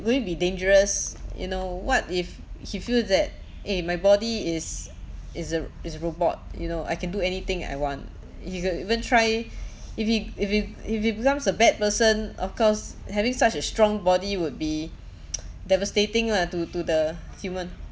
could it be dangerous you know what if he feel that eh my body is is a is a robot you know I can do anything I want he could even try if he if he if he becomes a bad person of course having such a strong body would be devastating lah to to the human